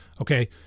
okay